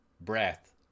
breath